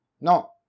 No